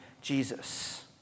Jesus